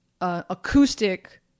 Acoustic